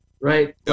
right